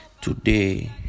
today